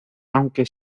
aunque